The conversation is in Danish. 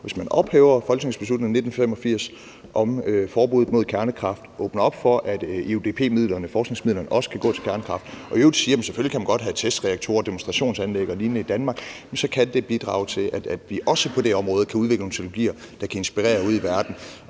hvis man ophæver folketingsbeslutningen fra 1985 om forbuddet mod kernekraft og åbner op for, at EUDP-midlerne, forskningsmidlerne, også kan gå til kernekraft, og i øvrigt siger, at man selvfølgelig godt kan have testreaktorer og demonstrationsanlæg og lignende i Danmark, så kan det bidrage til, at vi også på det område kan udvikle nogle teknologier, der kan inspirere ude i verden.